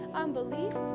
unbelief